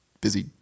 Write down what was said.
busy